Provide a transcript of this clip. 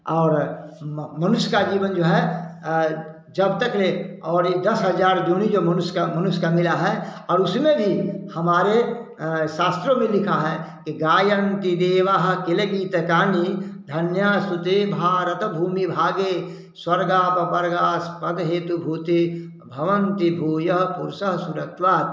और मनुष्य का जीवन जो है जब तक है और ये दस हजार जोनी जो मनुष्य का मनुष्य का मिला है और उसमें भी हमारे शास्त्रों में लिखा है कि